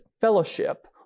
fellowship